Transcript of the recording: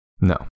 No